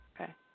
Okay